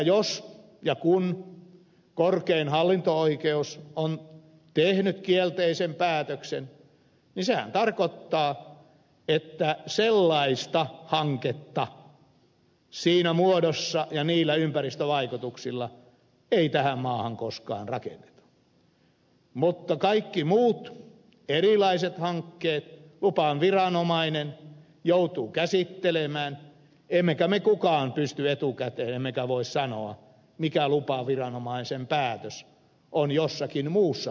jos ja kun korkein hallinto oikeus on tehnyt kielteisen päätöksen niin sehän tarkoittaa että sellaista hanketta siinä muodossa ja niillä ympäristövaikutuksilla ei tähän maahan koskaan rakenneta mutta kaikki muut erilaiset hankkeet lupaviranomainen joutuu käsittelemään eikä meistä kukaan voi etukäteen sanoa mikä lupaviranomaisen päätös on jossakin muussa hankkeessa